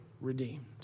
redeemed